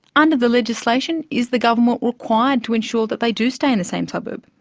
under the legislation, is the government required to ensure that they do stay in the same suburb?